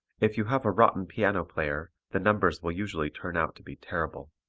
if you have a rotten piano player the numbers will usually turn out to be terrible.